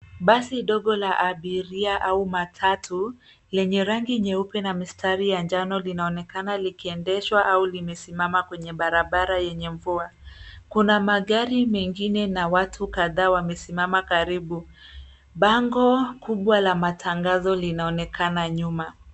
Basi dogo la abiria au matatu, lenye rangi nyeupe na mistari ya njano linaonekana likiendeshwa au limesimama kwenye barabara yenye mvua. kuna magari mengine na watu kadhaa wamesimama karibu, Bango kubwa la matangazo linaonekana nyuma.